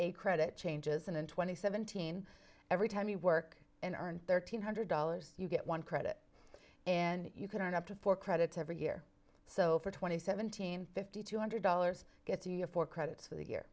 a credit changes in and twenty seventeen every time you work and earn thirteen hundred dollars you get one credit and you can earn up to four credits every year so for twenty seventeen fifty two hundred dollars gets you your four credits for the year